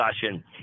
discussion